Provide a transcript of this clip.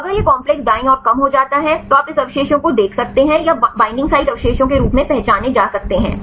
तो अगर यह काम्प्लेक्स दाईं ओर कम हो जाता है तो आप इस अवशेषों को देख सकते हैं या बैन्डिंग साइट अवशेषों के रूप में पहचाने जा सकते हैं